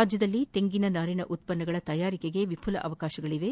ರಾಜ್ಯದಲ್ಲಿ ತೆಂಗಿನ ನಾರಿನ ಉತ್ಪನ್ನಗಳ ತಯಾರಿಕೆಗೆ ವಿಪುಲವಾದ ಅವಕಾಶವಿದ್ದು